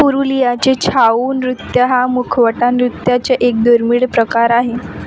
पुरुलियाचे छाऊ नृत्य हा मुखवटा नृत्याचे एक दुर्मीळ प्रकार आहे